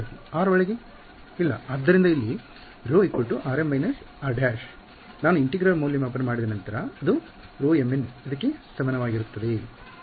ವಿದ್ಯಾರ್ಥಿ r ಒಳಗೆ ಇಲ್ಲ ಆದ್ದರಿಂದ ಇಲ್ಲಿ ρ |rm − r′| ನಾನು ಇಂಟಿಗ್ರಲ್ ಮೌಲ್ಯಮಾಪನ ಮಾಡಿದ ನಂತರ ಅದು ρmn ಇದಕ್ಕೆ ಸಮಾನವಾಗಿರುತ್ತದೆ